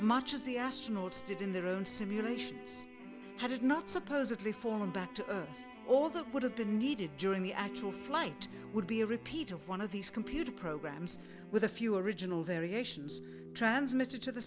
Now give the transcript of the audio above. much of the astronauts did in their own simulations had it not supposedly form and back to earth all that would have been needed during the actual flight would be a repeat of one of these computer programs with a few original variations transmitted to the